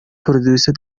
producer